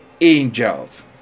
angels